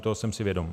Toho jsem si vědom.